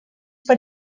per